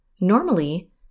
Normally